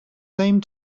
same